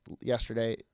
yesterday